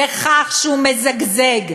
בכך שהוא מזגזג,